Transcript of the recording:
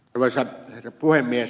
arvoisa herra puhemies